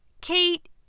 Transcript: Kate